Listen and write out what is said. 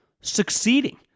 succeeding